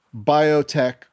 biotech